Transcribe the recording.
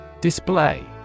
Display